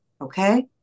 okay